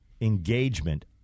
engagement